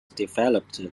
developed